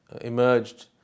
emerged